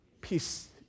peace